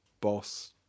boss